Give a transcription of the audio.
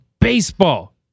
baseball